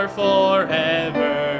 forever